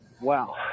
Wow